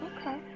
Okay